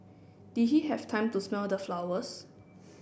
did he have time to smell the flowers